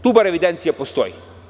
Tu bar evidencija postoji.